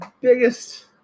Biggest